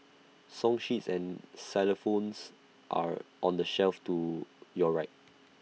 song sheets and xylophones are on the shelf to your right